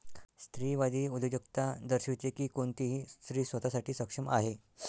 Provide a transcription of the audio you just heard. स्त्रीवादी उद्योजकता दर्शविते की कोणतीही स्त्री स्वतः साठी सक्षम आहे